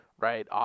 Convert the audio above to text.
right